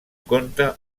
conte